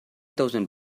thousand